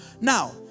Now